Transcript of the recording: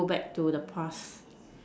go back to the past